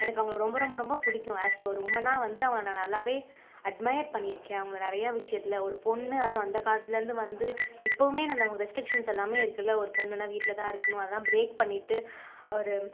எனக்கு அவர்களை ரொம்ப ரொம்ப ரொம்ப பிடிக்கும் ஆஸ் அ ஒரு உமனா வந்து அவங்களை நான் நல்லாவே அட்மையர் பண்ணியிருக்கேன் அவங்களை நிறைய விஷயத்தில் ஒரு பொண்ணு அதுவும் அந்தக் காலத்திலிருந்து வந்து இப்பவுமே அந்த ஒரு ரெஸ்ட்ரிக்ஷன் எல்லாமே இருக்குல்ல ஒரு பொண்ணுனா வீட்டில் தான் இருக்கணும் அதெல்லாம் பிரேக் பண்ணிட்டு ஒரு